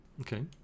Okay